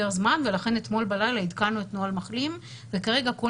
זמן ולכן אתמול בלילה עדכנו את נוהל מחלים וכרגע כל